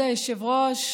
כבוד היושב-ראש,